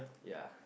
ya